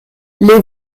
les